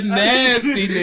nasty